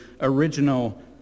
original